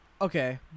Okay